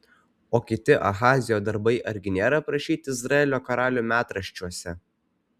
o kiti ahazijo darbai argi nėra aprašyti izraelio karalių metraščiuose